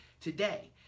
today